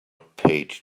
paid